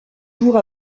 jours